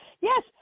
Yes